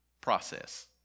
process